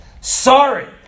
sorry